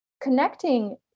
connecting